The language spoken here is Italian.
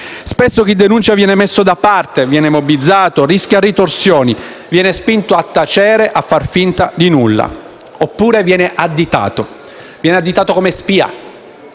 Spesso chi denuncia viene messo da parte, mobbizzato, rischia ritorsioni, viene spinto a tacere, a far finta di nulla, oppure viene additato come spia,